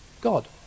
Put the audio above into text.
God